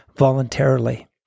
voluntarily